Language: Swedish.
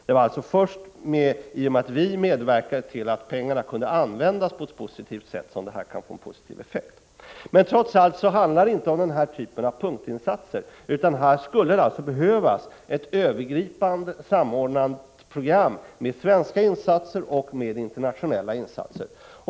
Det var alltså först i och med vår medverkan som användningen av pengarna kunde få en positiv effekt. Men det handlar trots allt inte om den här typen av punktinsatser, utan det skulle behövas ett övergripande och samordnande program, med svenska och internationella insatser.